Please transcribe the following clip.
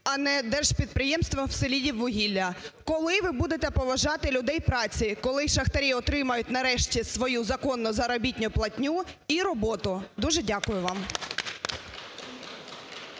а не держпідприємством "Селидіввугілля"? Коли ви будете поважати людей праці? Коли шахтарі отримають, нарешті, свою законну заробітну платню і роботу? Дуже дякую вам.